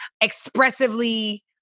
expressively